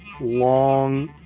long